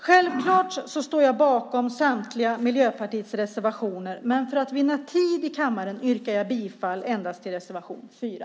Självklart står jag bakom samtliga Miljöpartiets reservationer, men för att vinna tid i kammaren yrkar jag bifall till endast reservation 4.